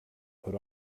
put